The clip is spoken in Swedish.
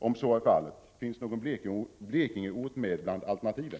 Om så är fallet, finns någon Blekingeort med bland alternativen?